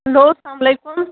hello السلامُ علیکُم